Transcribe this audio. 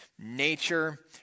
Nature